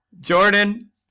Jordan